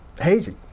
hazy